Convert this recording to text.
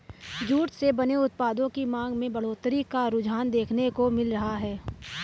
jute से बने उत्पादों की मांग में बढ़ोत्तरी का रुझान देखने को मिल रहा है